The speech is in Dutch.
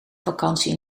vakantie